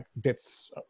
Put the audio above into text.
bits